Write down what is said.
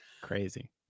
Crazy